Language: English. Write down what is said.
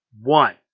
one